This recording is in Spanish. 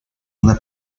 una